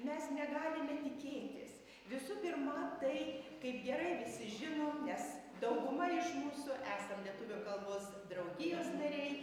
mes negalime tikėtis visų pirma tai kaip visi gerai žinom nes dauguma iš mūsų esam lietuvių kalbos draugijos nariai